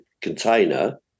container